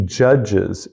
judges